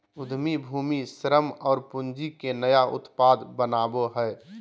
उद्यमी भूमि, श्रम और पूँजी के नया उत्पाद बनावो हइ